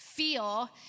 feel